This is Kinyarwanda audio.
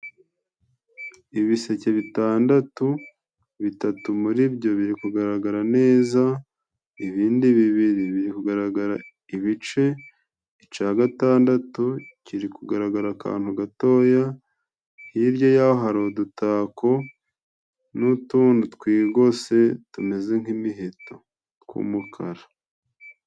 Ibiseke bitandatu: bitatu muri byo biri kugaragara neza, ibindi bibiri biri kugaragara ibice, icagatandatu kiri kugaragara akantu gatoya ,hirya yaho hari udutako n'utuntu twigose tumeze nk'imiheto tw'umukara.